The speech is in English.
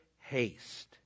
haste